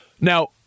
Now